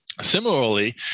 Similarly